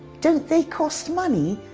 don't they cost money?